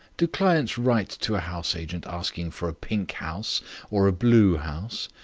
do clients write to a house-agent asking for a pink house or a blue house?